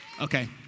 Okay